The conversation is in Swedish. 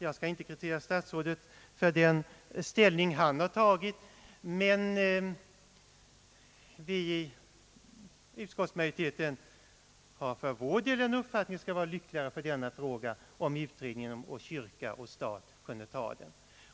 Jag skall inte kritisera statsrådet för den ställning han har tagit, men vi i utskottsmajoriteten anser att det skulle vara lyckligare för denna fråga om utredningen kyrka—stat kunde ta den.